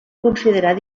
considerar